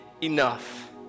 enough